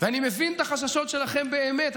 ואני מבין את החששות שלכם באמת.